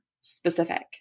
specific